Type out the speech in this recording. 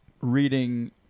reading